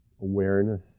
awareness